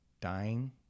dying